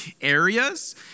areas